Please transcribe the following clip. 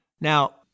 Now